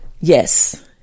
yes